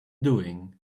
doing